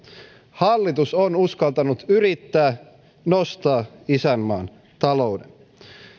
hallitus on uskaltanut yrittää nostaa isänmaan talouden